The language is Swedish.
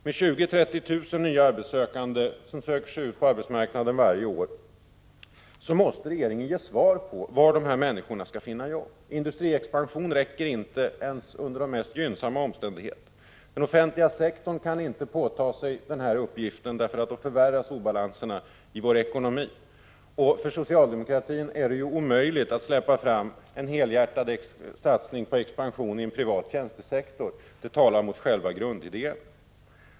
Med 20 000-30 000 nya arbetssökande som söker sig ut på arbetsmarknaden varje år måste regeringen ge svar på frågan var dessa människor skall få sina jobb. Industriexpansion räcker inte ens under de mest gynnsamma omständigheterna. Den offentliga sektorn kan inte påta sig den här uppgiften, för då förvärras obalanserna i vår ekonomi. Och för socialdemokratin är det omöjligt att släppa fram en helhjärtad satsning på expansion i en privat tjänstesektor — det talar mot själva grundidéerna.